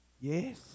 Yes